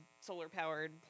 solar-powered